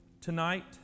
tonight